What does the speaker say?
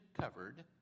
covered